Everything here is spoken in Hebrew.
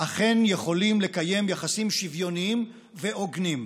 אכן יכולים לקיים יחסים שוויוניים והוגנים.